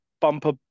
bumper